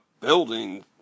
building